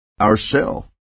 ourself